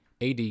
AD